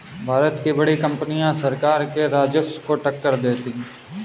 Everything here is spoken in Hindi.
भारत की बड़ी कंपनियां सरकार के राजस्व को टक्कर देती हैं